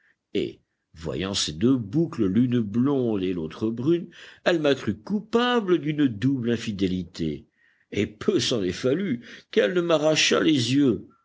et voyant ces deux boucles l'une blonde et l'autre brune elle m'a cru coupable d'une double infidélité et peu s'en est fallu qu'elle ne m'arrachât les yeux